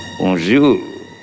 Bonjour